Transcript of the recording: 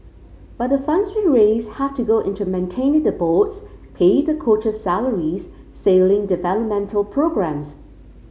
but the funds we raise have to go into maintaining the boats pay the coaches salaries sailing developmental programmes